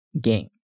game